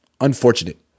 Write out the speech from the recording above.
unfortunate